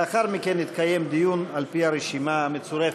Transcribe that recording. לאחר מכן יתקיים דיון על-פי הרשימה המצורפת.